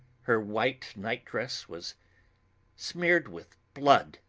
her white nightdress was smeared with blood,